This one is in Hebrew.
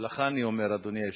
ולך אני אומר, אדוני היושב-ראש,